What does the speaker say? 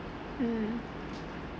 mm